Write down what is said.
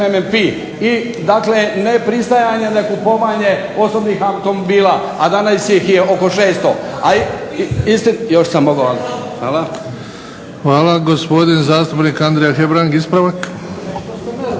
MMMP. I dakle ne pristajanje, ne kupovanje osobnih automobila, a danas ih je oko 600. Hvala. **Bebić, Luka (HDZ)** Hvala. Gospodin zastupnik Andrija Hebrang, ispravak.